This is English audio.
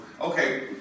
Okay